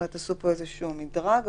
עשו פה איזשהו מדרג,